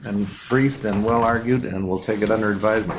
and brief them well argued and we'll take it under advisement